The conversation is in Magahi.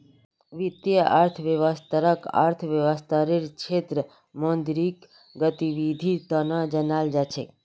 वित्तीय अर्थशास्त्ररक अर्थशास्त्ररेर क्षेत्रत मौद्रिक गतिविधीर तना जानाल जा छेक